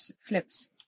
flips